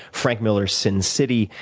frank miller's sin city,